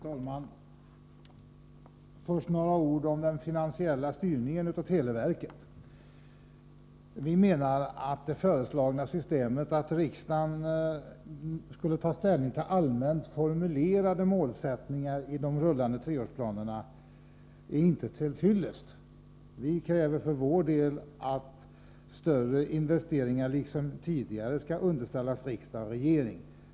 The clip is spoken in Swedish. Herr talman! Först några ord om den finansiella styrningen av televerket. Vi menar att det föreslagna systemet att riksdagen skall ta ställning till allmänt formulerade målsättningar i de rullande treårsplanerna inte är till fyllest. Vi kräver att större investeringar, liksom tidigare, skall underställas riksdag och regering.